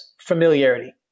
familiarity